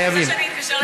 חייבים.